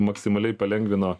maksimaliai palengvino